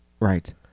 right